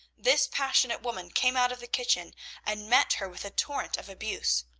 this passionate woman came out of the kitchen and met her with a torrent of abuse,